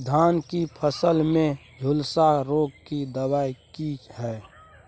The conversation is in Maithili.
धान की फसल में झुलसा रोग की दबाय की हय?